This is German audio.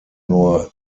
nur